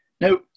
Now